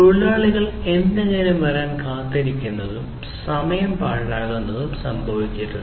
തൊഴിലാളികൾ എന്തെങ്കിലും വരാൻ കാത്തിരിക്കുന്നതും സമയം പാഴാകുന്നതും സംഭവിക്കരുത്